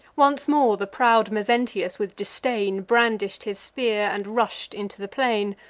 once more the proud mezentius, with disdain, brandish'd his spear, and rush'd into the plain,